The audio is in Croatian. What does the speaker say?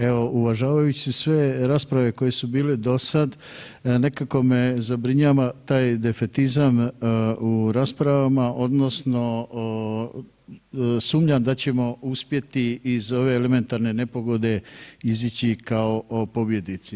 Evo, uvažavajući sve rasprave koje su bile dosad nekako me zabrinjava taj defetizam u raspravama odnosno sumnjam da ćemo uspjeti iz ove elementarne nepogode izići kao pobjednici.